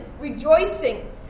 rejoicing